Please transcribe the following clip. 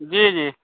जी जी